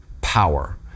power